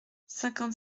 cinquante